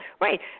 right